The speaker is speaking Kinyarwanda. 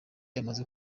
yamaze